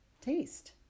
Taste